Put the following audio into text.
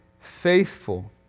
faithful